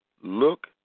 look